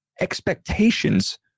expectations